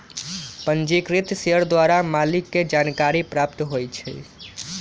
पंजीकृत शेयर द्वारा मालिक के जानकारी प्राप्त होइ छइ